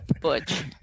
Butch